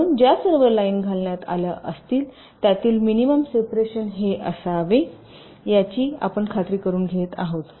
म्हणून ज्या सर्व लाइन घालण्यात आल्या त्यातील मिनिमम सेपरेशन हे असावे याची आपण खात्री करुन घेत आहात